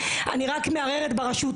אני רק מערערת ברשות,